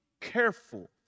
careful